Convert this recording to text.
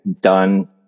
done